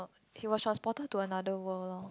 he was transported to another world lor